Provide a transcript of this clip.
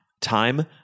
Time